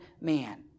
man